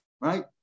Right